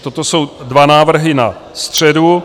Toto jsou dva návrhy na středu.